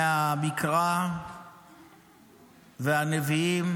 מהמקרא והנביאים